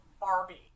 Barbie